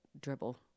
dribble